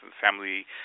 family